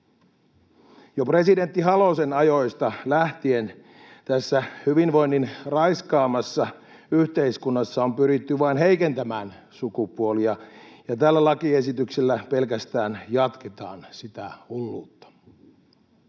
Jo presidentti Halosen ajoista lähtien tässä hyvinvoinnin raiskaamassa yhteiskunnassa on pyritty vain heikentämään sukupuolia, ja tällä lakiesityksellä pelkästään jatketaan sitä hulluutta.